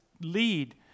lead